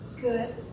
good